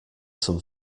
some